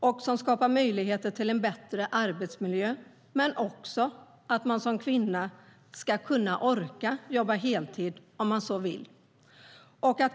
Det skapar möjligheter till en bättre arbetsmiljö och även att kvinnor ska kunna orka jobba heltid om de så vill.